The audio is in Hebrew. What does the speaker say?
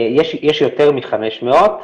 יש יותר מ-500,